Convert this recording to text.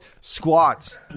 squats